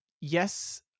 Yes